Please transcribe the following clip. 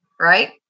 right